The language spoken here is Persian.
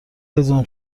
هیزم